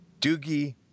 Doogie